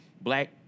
black